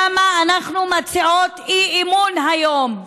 למה אנחנו מציעות אי-אמון היום.